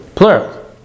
Plural